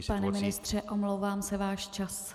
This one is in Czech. Pane ministře, omlouvám se, váš čas.